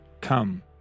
Come